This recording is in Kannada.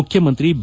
ಮುಖ್ಯಮಂತ್ರಿ ಬಿ